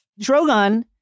Drogon